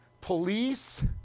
police